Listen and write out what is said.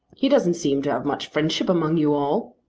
he doesn't seem to have much friendship among you all,